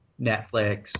Netflix